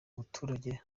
muturage